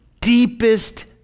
deepest